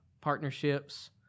partnerships